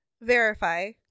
verify